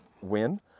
win